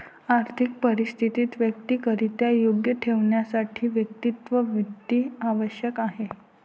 आर्थिक परिस्थिती वैयक्तिकरित्या योग्य ठेवण्यासाठी वैयक्तिक वित्त आवश्यक आहे